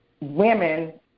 women